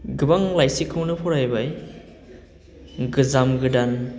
गोबां लाइसिखौनो फरायबाय गोजाम गोदान